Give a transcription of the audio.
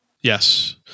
Yes